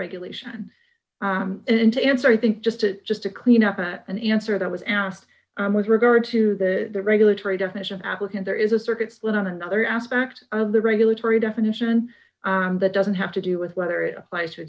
regulation and to answer i think just it just to clean up and answer that was asked with regard to the regulatory definition applicant there is a circuit split on another aspect of the regulatory definition that doesn't have to do with whether it applies to